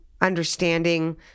understanding